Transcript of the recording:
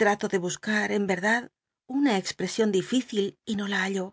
trato de buscar en verdad una exlli'csion dificil y no la hallo